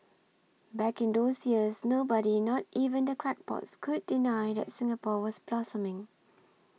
back in those years nobody not even the crackpots could deny that Singapore was blossoming